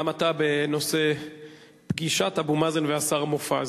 גם אתה בנושא פגישת אבו מאזן והשר מופז.